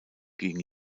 gegen